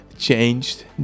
changed